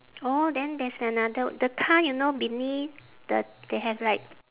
orh then there's another the car you know beneath the they have like